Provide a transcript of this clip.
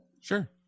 Sure